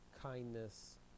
kindness